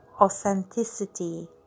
authenticity